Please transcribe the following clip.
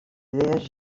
idees